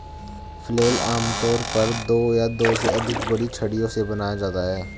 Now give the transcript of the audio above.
flail आमतौर पर दो या दो से अधिक बड़ी छड़ियों से बनाया जाता है